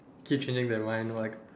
keep changing their mind like